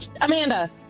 Amanda